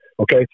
Okay